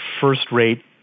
first-rate